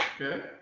Okay